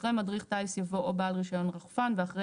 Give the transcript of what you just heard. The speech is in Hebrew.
אחרי "מדריך טיס" יבוא "או בעל רישיון רחפן" ואחרי